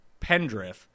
Pendriff